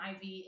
IV